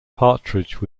partridge